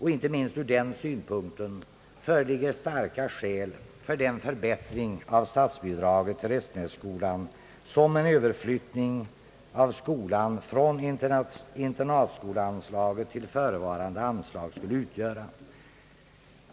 Inte minst ur den synpunkten föreligger starka skäl för den förbättring av statsbidraget till Restenässkolan som en överflyttning av skolan från internatskoleanslaget till förevarande anslag skulle utgöra.